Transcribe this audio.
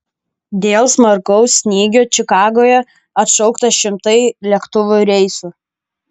dėl smarkaus snygio čikagoje atšaukta šimtai lėktuvų reisų